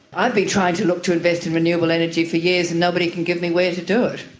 i've been trying to look to invest in renewable energy for years and nobody can give me where to do it.